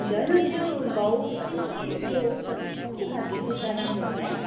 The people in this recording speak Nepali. हजुर होइन त्यो घाउँ अलिकति त्यो होस् भनेर कुन चाहिँ खालको जुत्ता राम्रो होला है